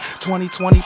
2020